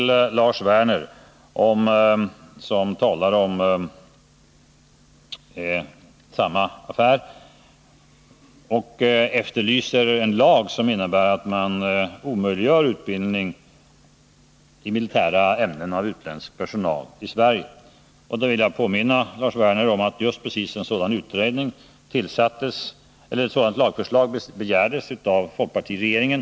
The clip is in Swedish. Lars Werner talade om samma affär och efterlyste en lag som innebär att man omöjliggör utbildning i Sverige i militära ämnen av utländsk personal. Jag vill då påminna Lars Werner om att just ett sådant lagförslag begärdes av folkpartiregeringen.